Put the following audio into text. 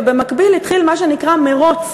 ובמקביל התחיל מה שנקרא מירוץ,